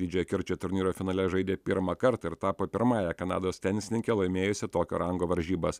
didžiojo kirčio turnyro finale žaidė pirmą kartą ir tapo pirmąja kanados tenisininke laimėjusia tokio rango varžybas